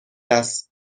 است